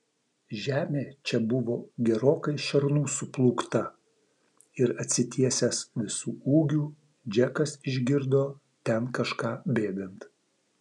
žemė čia buvo gerokai šernų suplūkta ir atsitiesęs visu ūgiu džekas išgirdo ten kažką bėgant